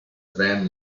van